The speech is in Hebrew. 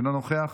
אינו נוכח,